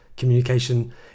communication